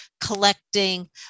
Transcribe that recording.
collecting